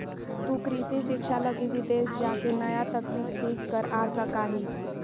तु कृषि शिक्षा लगी विदेश जाके नया तकनीक सीख कर आ सका हीं